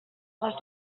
les